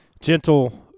gentle